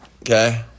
Okay